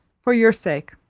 for your sake.